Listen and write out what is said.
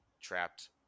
trapped